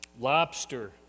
lobster